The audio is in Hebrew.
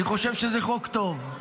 אני חושב שזה חוק טוב.